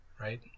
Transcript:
right